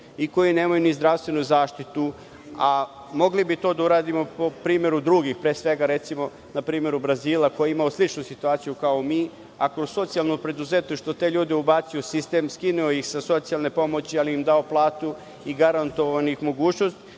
i koji nemaju ni zdravstvenu zaštitu. Mogli bi to da uradimo po primeru drugih, pre svega, recimo, na primeru Brazila, koji je imao sličnu situaciju kao i mi, a kroz socijalno preduzetništvo te ljude je ubacio u sistem, skinuo ih sa socijalne pomoći, ali im dao platu i garantovao mogućnosti,